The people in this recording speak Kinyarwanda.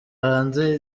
hanze